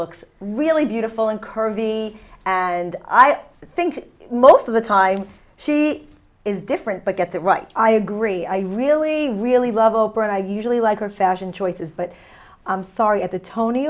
looks really beautiful and curvy and i think most of the time she is different but at the right i agree i really really love oprah and i usually like her fashion choices but sorry at the tony